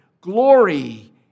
glory